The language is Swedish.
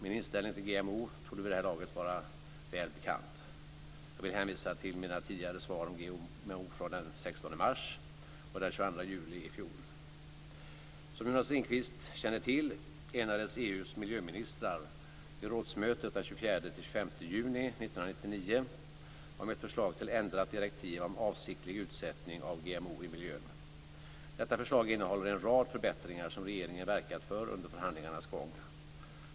Min inställning till GMO torde vid det här laget vara väl bekant. Jag vill hänvisa till mina tidigare svar om GMO från den 16 mars och den 22 juli i fjol. Som Jonas Ringqvist säkert känner till enades 1999 om ett förslag till ändrat direktiv om avsiktlig utsättning av GMO i miljön. Detta förslag innehåller en rad förbättringar som regeringen verkat för under förhandlingarnas gång.